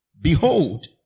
behold